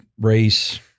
race